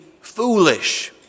foolish